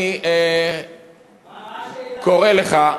אני קורא לך,